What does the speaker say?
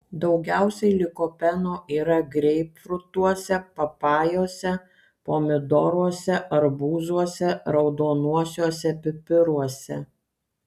daugiausiai likopeno yra greipfrutuose papajose pomidoruose arbūzuose raudonuosiuose pipiruose